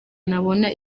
nabona